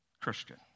Christian